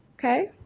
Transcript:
okay?